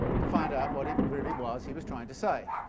to find out what it really was he was trying to say.